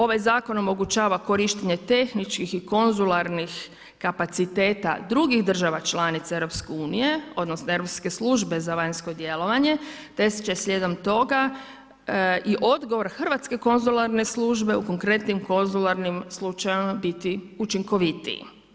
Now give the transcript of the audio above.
Ovaj zakon omogućava korištenje tehničkih i konzularnih kapaciteta drugih država članica EU-a odnosno Europske službe za vanjsko djelovanje te će slijedom toga i odgovor hrvatske konzularne službe u konkretnim konzularnih slučajevima biti učinkovitiji.